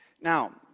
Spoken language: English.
Now